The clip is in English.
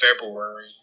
February